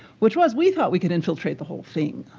which was, we thought we could infiltrate the whole thing.